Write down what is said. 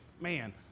man